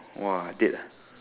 !woah! date ah